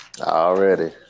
Already